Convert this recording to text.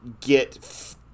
Get